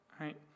right